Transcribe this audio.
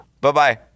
Bye-bye